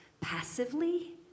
passively